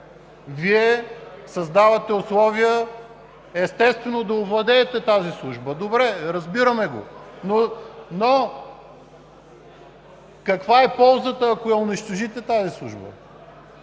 Вие създавате условия, естествено, да овладеете тази Служба. Добре, разбираме го, но каква е ползата, ако унищожите тази Служба?